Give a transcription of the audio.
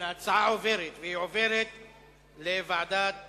ההצעה שאני מעלה באה